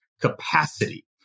capacity